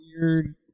weird